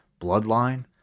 Bloodline